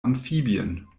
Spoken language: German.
amphibien